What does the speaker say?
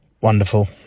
Wonderful